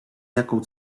jaką